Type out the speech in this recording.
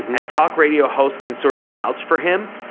and talk radio host can sort of vouch for him.